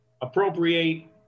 appropriate